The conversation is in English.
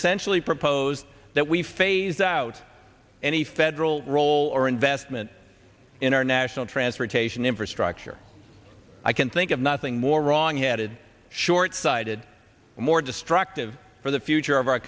essentially proposed that we phase out any federal role or investment in our national transportation infrastructure i can think of nothing more wrong headed short sighted and more destructive for the future of our